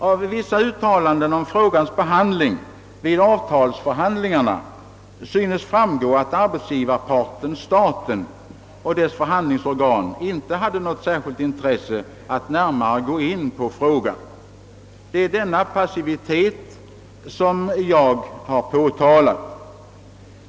Av vissa uttalanden om frågans behandling vid årets avtalsförhandlingar synes framgå, att arbetsgivarpartenstaten och dess förhandlingsorgan inte haft något särskilt intresse av att närmare gå in på frågan. Det är denna passivitet som jag har påtalat.